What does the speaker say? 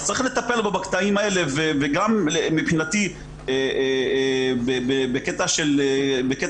אז צריך לטפל בו בקטעים האלה ומבחינתי גם בפן הכספי.